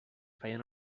feien